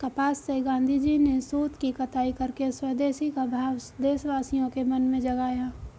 कपास से गाँधीजी ने सूत की कताई करके स्वदेशी का भाव देशवासियों के मन में जगाया